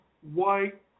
white